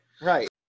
Right